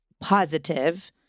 positive